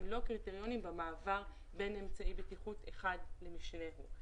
לא קריטריונים במעבר בין אמצעי בטיחות אחד למשנהו.